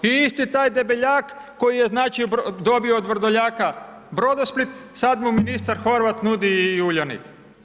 I isti taj Debeljak, koji je dobio od Vrdoljaka Brodosplit, sad mu ministar Horvat nudi i Uljanik.